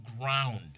ground